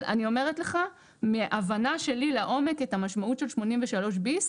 אבל אני אומרת לך מהבנה שלי לעומק את המשמעות של 83 ביסט,